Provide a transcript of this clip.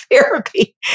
therapy